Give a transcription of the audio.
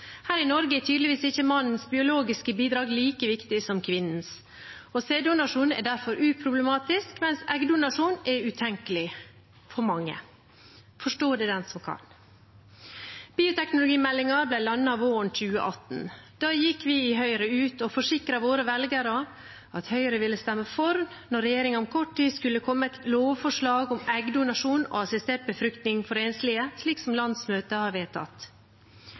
Her i Norge er tydeligvis ikke mannens biologiske bidrag like viktig som kvinnens. Sæddonasjon er derfor uproblematisk, mens eggdonasjon er utenkelig for mange. Forstå det den som kan. Bioteknologimeldingen ble landet våren 2018. Da gikk vi i Høyre ut og forsikret våre velgere om at Høyre ville stemme for når regjeringen om kort tid skulle komme med et lovforslag om eggdonasjon og assistert befruktning for enslige, slik landsmøtet hadde vedtatt.